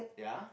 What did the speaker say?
ya